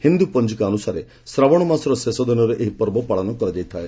ହିନ୍ଦୁ ପଞ୍ଜିକା ଅନୁସାରେ ଶ୍ରାବଣ ମାସର ଶେଷ ଦିନରେ ଏହି ପର୍ବ ପାଳନ କରାଯାଇଥାଏ